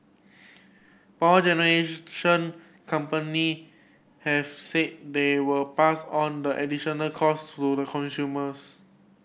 power generation company have said they will pass on the additional costs to the consumers